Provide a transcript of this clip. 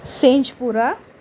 Senjpura